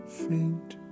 faint